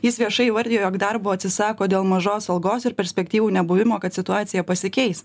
jis viešai įvardijo jog darbo atsisako dėl mažos algos ir perspektyvų nebuvimo kad situacija pasikeis